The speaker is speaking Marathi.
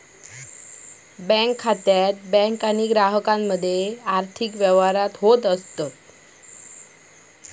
बँक खात्यात बँक आणि ग्राहकामध्ये आर्थिक व्यवहार होतत